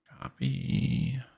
Copy